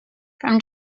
from